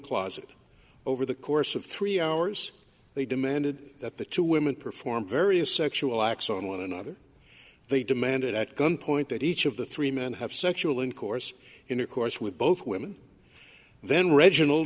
closet over the course of three hours they demanded that the two women perform various sexual acts on one another they demanded at gunpoint that each of the three men have sexual intercourse intercourse with both women then reginald